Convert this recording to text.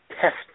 test